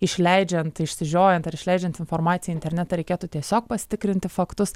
išleidžiant išsižiojant ar išleidžiant informaciją į internetą reikėtų tiesiog pasitikrinti faktus